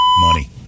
money